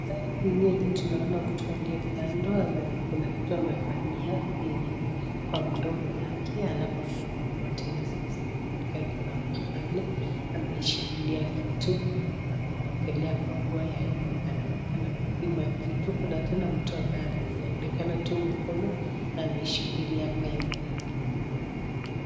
Hili tunaona mtu aliye kando kuna kitu amevalia kwa mdomo yake halafu amevaa nguo tena zenye zimefunika kila mahali. Ameshikilia kitu ameiwekelea kwa pua ya hii ng'ombe. Anaonekana kupima kitu. Kuna tena mtu ambaye anaonekana tu mkono na ameshikilia pembe.